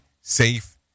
safe